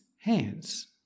hands